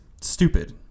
stupid